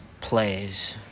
plays